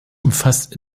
umfasst